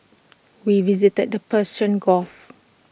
we visited the Persian gulf